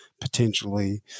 potentially